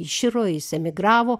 iširo jis emigravo